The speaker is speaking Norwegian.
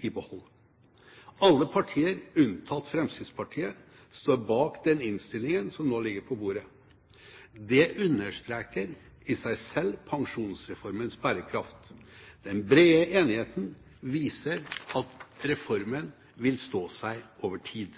i behold. Alle partier, unntatt Fremskrittspartiet, står bak den innstillingen som nå ligger på bordet. Det understreker i seg selv Pensjonsreformens bærekraft. Den brede enigheten viser at reformen vil stå seg over tid.